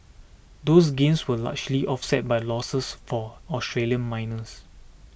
those gains were largely offset by losses for Australian miners